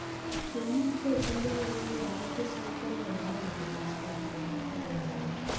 ಶಿವಮೊಗ್ಗ ಜಿಲ್ಲೆಯಲ್ಲಿ ಆರೋಗ್ಯ ಸೌಕರ್ಯ ಎಲ್ಲ ಇದೆ ಆಸ್ಪತ್ರೆ ಔಷಧಿ ಅಂಗಡಿ